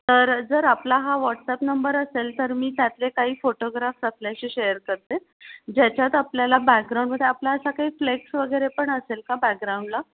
तर जर आपला हा वॉट्सअप नंबर असेल तर मी त्यातले काही फोटोग्राफ्स आपल्याशी शेअर करते ज्याच्यात आपल्याला बॅग्राऊंडमध्ये आपला असा नाही फ्लेक्स वगैरे पण असेल का बॅग्राऊंडला